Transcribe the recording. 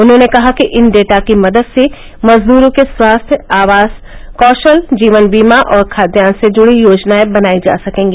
उन्होंने कहा कि इन डेटा की मदद से मजदूरों के स्वास्थ्य आवास कौशल जीवन बीमा और खाद्यान्न से जुडी योजनाएं बनाई जा सकेंगी